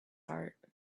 heart